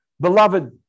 Beloved